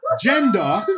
Gender